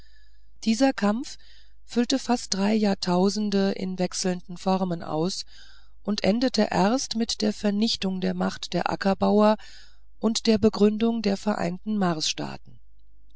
dieser kampf füllte fast drei jahrtausende in wechselnden formen aus und endete erst mit der vernichtung der macht der ackerbauer und der begründung der vereinigten